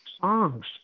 Songs